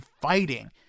fighting